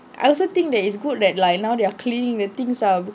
I also think that is good that like now they're clean the things are good